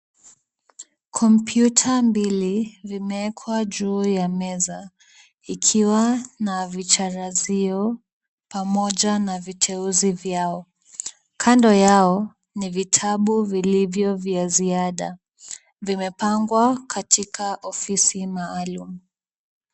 Kompyuta mbili vimewekwa juu ya meza ikiwa na vicharazio pamoja na viteuzi vyao. Kando yao, ni vitabu vilivyo vya ziada. Vimepangwa katika ofisi maalum.